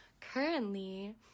Currently